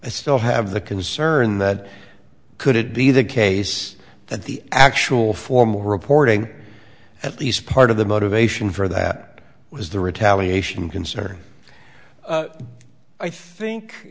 i still have the concern that could it be the case that the actual formal reporting at least part of the motivation for that was the retaliation concern i think